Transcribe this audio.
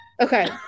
Okay